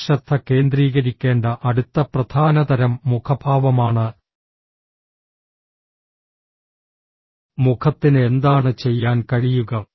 നാം ശ്രദ്ധ കേന്ദ്രീകരിക്കേണ്ട അടുത്ത പ്രധാന തരം മുഖഭാവമാണ് മുഖത്തിന് എന്താണ് ചെയ്യാൻ കഴിയുക